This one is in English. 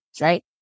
right